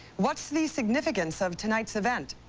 what's the significance of tonight's event?